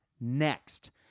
next